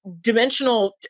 dimensional